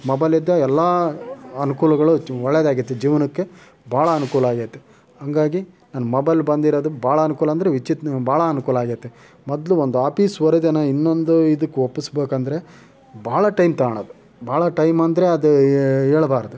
ಮೊಬೈಲಿಂದ ಎಲ್ಲ ಅನುಕೂಲಗಳು ಹೆಚ್ಚು ಒಳ್ಳೆದಾಗೈತೆ ಜೀವನಕ್ಕೆ ಭಾಳ ಅನುಕೂಲ ಆಗೈತೆ ಹಂಗಾಗಿ ನಾನು ಮೊಬೈಲ್ ಬಂದಿರೋದಕ್ಕೆ ಭಾಳ ಅನುಕೂಲ ಅಂದರೆ ವಿಚಿತ ಭಾಳ ಅನುಕೂಲ ಆಗೈತೆ ಮೊದಲು ಒಂದು ಆಪೀಸ್ ವರದಿನ ಇನ್ನೊಂದು ಇದಕ್ಕೆ ಒಪ್ಪಿಸ್ಬೇಕಂದ್ರೆ ಭಾಳ ಟೈಮ್ ತೊಗೊಳ್ಳೋದು ಭಾಳ ಟೈಮ್ ಅಂದ್ರೆ ಅದು ಹೇಳಬಾರ್ದು